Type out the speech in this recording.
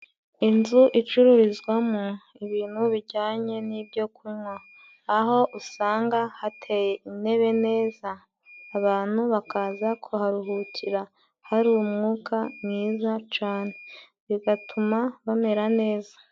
Inzu icururizwamo ibintu bijyanye n'ibyo kunywa aho usanga hateye intebe neza, abantu bakaza kuharuhukira hari umwuka mwiza cane bigatuma bamera neza.